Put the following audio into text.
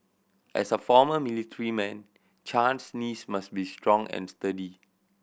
as a former military man Chan's knees must be strong and sturdy